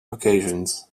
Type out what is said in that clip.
occasions